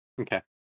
Okay